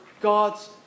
God's